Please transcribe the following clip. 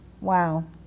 Wow